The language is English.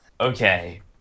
Okay